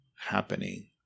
happening